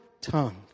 tongue